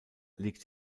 liegt